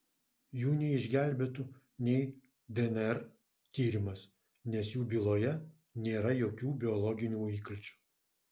jų neišgelbėtų nei dnr tyrimas nes jų byloje nėra jokių biologinių įkalčių